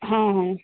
ହଁ ହଁ